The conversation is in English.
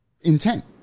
intent